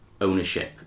ownership